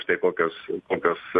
štai kokios kokios